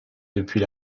depuis